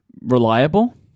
reliable